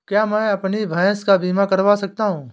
क्या मैं अपनी भैंस का बीमा करवा सकता हूँ?